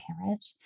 parent